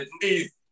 please